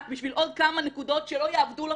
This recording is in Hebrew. בשביל עוד כמה נקודות שלא יאבדו לכם,